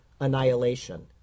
annihilation